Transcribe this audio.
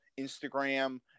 Instagram